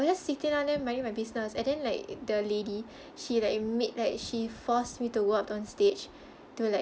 was just sitting down there minding my business and then like the lady she like made like she forced me to go up on stage to like